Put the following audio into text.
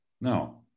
Now